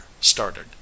started